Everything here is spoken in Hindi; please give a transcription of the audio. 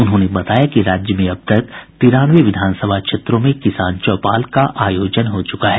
उन्होंने बताया कि राज्य में अब तक तिरानवे विधानसभा क्षेत्रों में किसान चौपाल का आयोजन हो चुका है